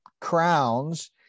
crowns